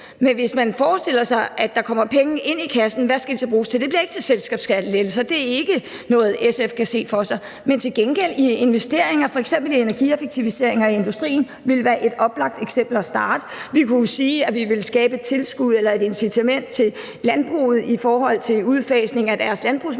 Men hvis man forestiller sig, at der kommer penge i kassen og hvad de så skal bruges til, så bliver det ikke til selskabsskattelettelser – det er ikke noget, SF kan se for sig – men til investeringer. Energieffektiviseringer i industrien ville f.eks. være et oplagt sted at starte. Vi kunne jo sige, at vi ville skabe et incitament til landbruget i forhold til udfasning af deres landbrugsmaskiner